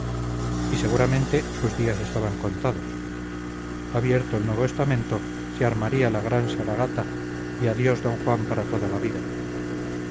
y seguramente sus días estaban contados abierto el nuevo estamento se armaría la gran saragata y adiós mi d juan para toda la vida